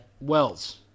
Wells